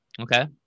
okay